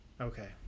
Okay